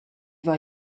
war